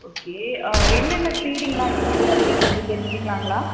okay என்னென்ன ஸீடிங்லாம் இருக்குது அப்படினு வந்து தெரிஞ்சிக்கலாங்களா